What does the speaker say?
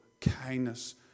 kindness